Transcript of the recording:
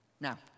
Now